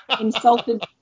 insulted